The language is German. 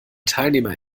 teilnehmer